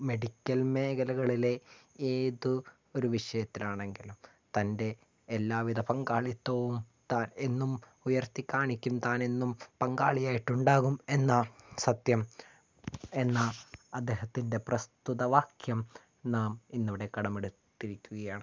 medical മേഖലകളിലെ ഏതു ഒരു വിഷയത്തിലാണെങ്കിലും തൻ്റെ എല്ലാ വിധ പങ്കാളിത്തവും താൻ എന്നും ഉയർത്തിക്കാണിക്കും താൻ എന്നും പങ്കാളിയായിട്ടുണ്ടാകും എന്ന സത്യം എന്ന അദ്ദേഹത്തിൻ്റെ പ്രസ്തുത വാക്യം നാം ഇന്നിവിടെ കടമെടുത്തിരിക്കുകയാണ്